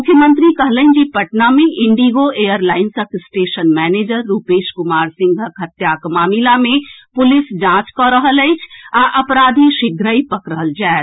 मुख्यमंत्री कहलनि जे पटना मे इंडिगो एयरलाइंसक स्टेशन मैनेजर रूपेश कुमार सिंहक हत्याक मामिला मे पुलिस जांच कऽ रहल अछि आ अपराधी शीघ्रहि पकड़ल जाएत